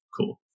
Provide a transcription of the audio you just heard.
cool